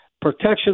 protection